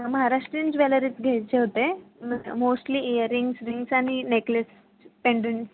महाराष्ट्रीयन ज्वेलरीच घ्यायचे होते म मोस्टली ईअर रिंग्ज रिंग्ज आणि नेकलेस पेंडंण